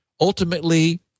Ultimately